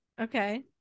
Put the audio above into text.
Okay